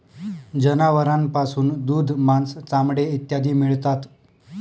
जनावरांपासून दूध, मांस, चामडे इत्यादी मिळतात